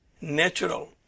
natural